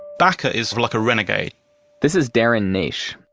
bakker is like a renegade this is darren naish,